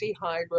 Hydro